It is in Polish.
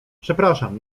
przepraszam